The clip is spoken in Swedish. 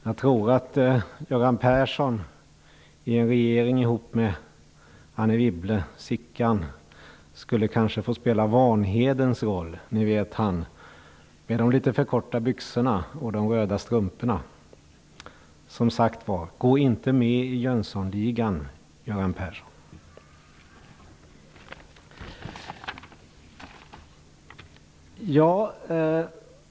Jag tror att Göran Persson i en regering ihop med Anne Wibble, eller Sickan, skulle få spela Vanhedens roll, dvs. han med de för korta byxorna och de röda strumporna. Som sagt var: Gå inte med i Jönssonligan, Göran Persson!